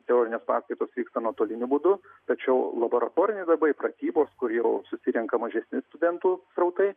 teorinės paskaitos vyksta nuotoliniu būdu tačiau laboratoriniai darbai pratybos kur jau susirenka mažesni studentų srautai